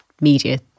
media